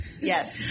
Yes